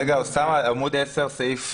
רגע, אוסאמה, עמוד 10 סעיף?